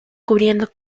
cubriendo